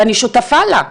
ואני שותפה לה.